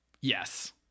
Yes